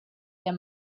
der